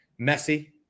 Messi